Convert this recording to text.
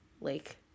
Lake